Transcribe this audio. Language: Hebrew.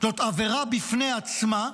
זאת עבירה בפני עצמה,